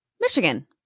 Michigan